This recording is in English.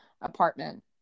apartment